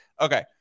Okay